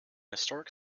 historic